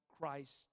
Christ